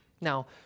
Now